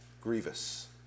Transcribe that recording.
grievous